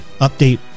update